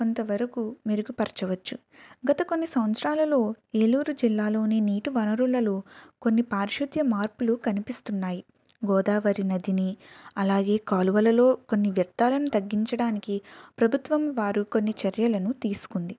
కొంతవరకు మెరుగుపరచవచ్చు గత కొన్ని సంచరాలలో ఏలూరు జిల్లాలోని నీటివనరులలో కొన్ని పారిశుద్యం మార్పులు కనిపిస్తున్నాయి గోదావరి నదిని అలాగే కాలువలలో కొన్ని వ్యర్థాలను తగ్గించడానికి ప్రభుత్వం వారు కొన్ని చర్యలను తీసుకుంది